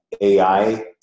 AI